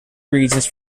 regions